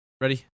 ready